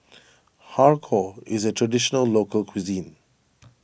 Har Kow is a Traditional Local Cuisine